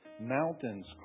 Mountains